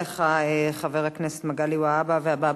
תודה רבה לך, חבר הכנסת מגלי והבה.